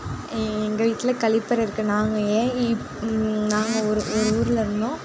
எங்கள் வீட்டில கழிப்பறை இருக்குது நாங்கள் ஏன் இப் நாங்கள் ஒரு ஒரு ஊர்ல இருந்தோம்